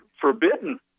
forbidden